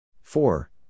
Four